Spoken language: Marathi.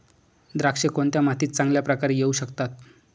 द्राक्षे कोणत्या मातीत चांगल्या प्रकारे येऊ शकतात?